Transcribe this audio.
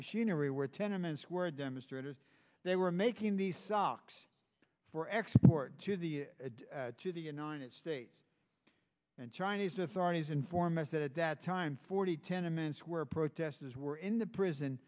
machinery were tenements where demonstrators they were making the socks for export to the to the united states and chinese authorities inform us that at that time forty tenements where protesters were in the prison